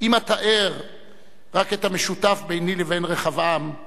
אם אֲתאר רק את המשותף ביני לבין רחבעם,